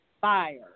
fire